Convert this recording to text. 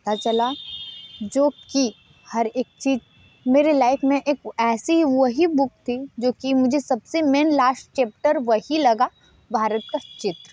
पता चला जो कि हर एक चीज़ मेरे लाइफ में एक ऐसी वही बुक थी जो कि मुझे सबसे मेन लास्ट चैप्टर वही लगा भारत का चित्र